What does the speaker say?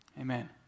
Amen